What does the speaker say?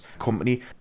company